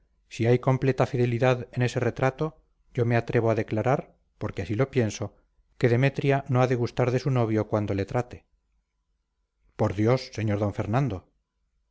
si hay completa fidelidad en ese retrato yo me atrevo a declarar porque así lo pienso que demetria no ha de gustar de su novio cuando le trate por dios sr d fernando